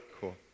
Cool